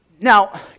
Now